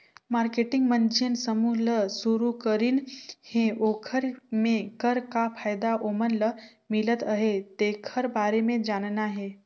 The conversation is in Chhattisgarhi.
मारकेटिंग मन जेन समूह ल सुरूकरीन हे ओखर मे कर का फायदा ओमन ल मिलत अहे तेखर बारे मे जानना हे